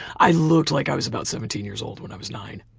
i looked like i was about seventeen years old when i was nine.